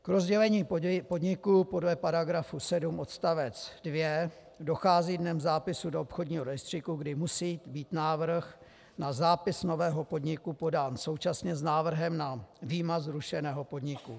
K rozdělení podniku podle § 7 odst. 2 dochází dnem zápisu do obchodního rejstříku, kdy musí být návrh na zápis nového podniku podán současně s návrhem na výmaz zrušeného podniku.